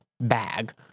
bag